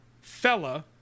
fella